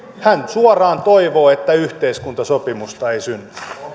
hän suoraan toivoo että yhteiskuntasopimusta ei synny